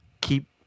keep